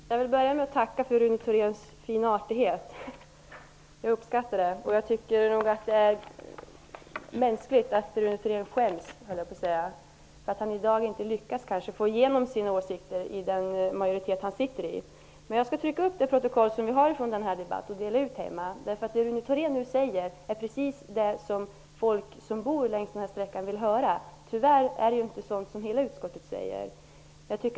Herr talman! Jag vill börja med att tacka för Rune Thoréns artighet. Jag uppskattar den, även om Rune Thorén i dag kanske inte lyckas få gehör för sina åsikter inom den majoritet som han tillhör. Jag skall ta kopior av protokollet från denna debatt och dela ut dem hemma. Det som Rune Thorén nu har sagt är precis det som människor som bor längs den aktuella sträckan vill höra. Tyvärr ger inte hela utskottet uttryck för samma uppfattningar.